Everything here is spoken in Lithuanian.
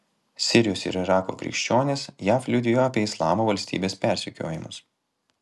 sirijos ir irako krikščionės jav liudijo apie islamo valstybės persekiojimus